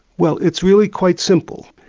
well it's really quite simple.